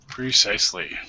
Precisely